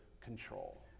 control